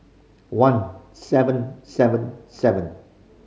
one seven seven seven